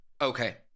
Okay